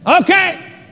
Okay